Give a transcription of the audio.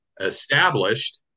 established